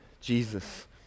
Jesus